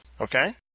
Okay